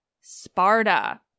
Sparta